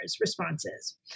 responses